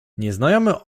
nieznajomy